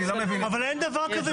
אין דבר כזה